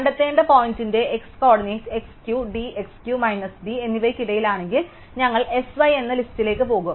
കണ്ടെത്തേണ്ട പോയിന്റിന്റെ x coordinate x Q d x Q minus d എന്നിവയ്ക്കിടയിലാണെങ്കിൽ ഞങ്ങൾ S y എന്ന ലിസ്റ്റിലേക്ക് ചേർക്കും